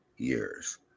years